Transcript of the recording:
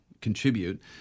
contribute